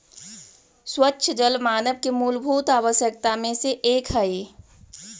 स्वच्छ जल मानव के मूलभूत आवश्यकता में से एक हई